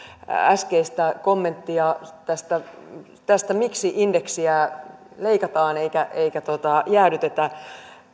äskeistä kommenttia siitä miksi indeksiä leikataan eikä eikä jäädytetä